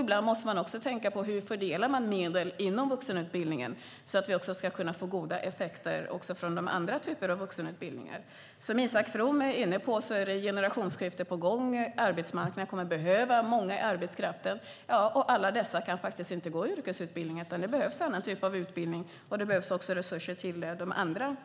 Ibland måste man också tänka på hur medel fördelas inom vuxenutbildningen så att vi får goda effekter också av andra typer av vuxenutbildning. Som Isak From är inne på är ett generationsskifte på gång. Arbetsmarknaden kommer att behöva många i arbetskraften. Alla dessa kan faktiskt inte gå yrkesutbildningar. Det behövs också annan typ av utbildning och även resurser till de andra